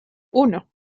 uno